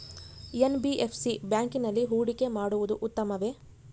NBFC ಬ್ಯಾಂಕಿನಲ್ಲಿ ಹೂಡಿಕೆ ಮಾಡುವುದು ಉತ್ತಮವೆ?